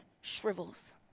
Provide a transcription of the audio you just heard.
shrivels